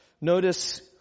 notice